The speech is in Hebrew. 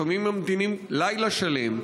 לפעמים ממתינים לילה שלם,